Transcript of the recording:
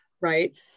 right